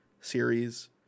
series